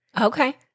Okay